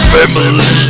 Family